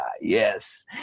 yes